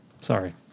Sorry